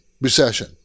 Recession